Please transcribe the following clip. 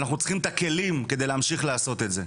ואנחנו צריכים את הכלים כדי להמשיך ולעשות את זה.